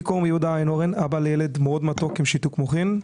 אני אבא לילד מאוד מתוק עם שיתוק מוחין.